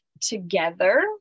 together